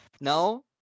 No